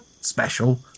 special